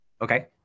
Okay